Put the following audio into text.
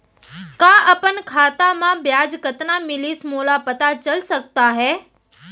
का अपन खाता म ब्याज कतना मिलिस मोला पता चल सकता है?